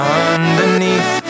underneath